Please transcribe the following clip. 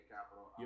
Capital